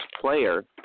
player